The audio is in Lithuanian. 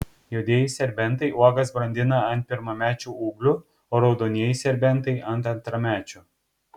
juodieji serbentai uogas brandina ant pirmamečių ūglių o raudonieji serbentai ant antramečių